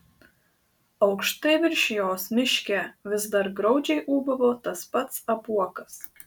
aukštai virš jos miške vis dar graudžiai ūbavo tas pats apuokas